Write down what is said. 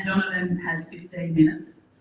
donovan has fifteen minutes.